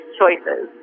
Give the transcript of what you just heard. choices